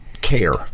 care